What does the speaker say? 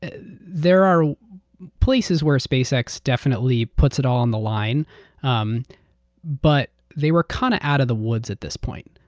there are places where spacex definitely puts it all on the line um but they were kind of out of the woods at this point.